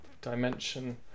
dimension